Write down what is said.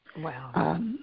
Wow